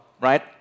right